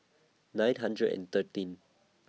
nine hundred and thirteen